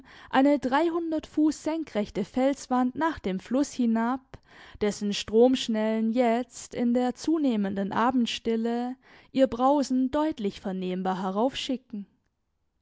eine dreihundert fuß senkrechte felswand nach dem fluß hinab dessen stromschnellen jetzt in der zunehmenden abendstille ihr brausen deutlich vernehmbar